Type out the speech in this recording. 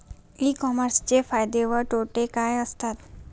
E कॉमर्सचे फायदे व तोटे काय असतात?